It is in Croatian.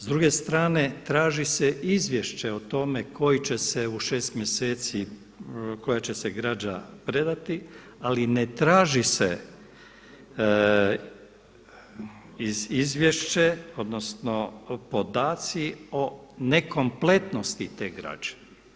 S druge strane traži se izvješće o tome koji će se u šest mjeseci, koja će se građa predati ali ne traži se izvješće, odnosno podaci o nekompletnosti te građe.